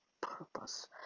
purpose